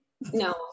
No